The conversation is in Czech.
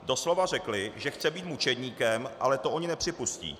Doslova řekli, že chce být mučedníkem, ale to oni nepřipustí.